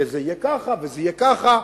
כי זה יהיה ככה וזה יהיה ככה.